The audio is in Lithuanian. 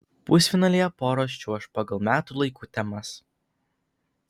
pusfinalyje poros čiuoš pagal metų laikų temas